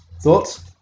Thoughts